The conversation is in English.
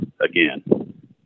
again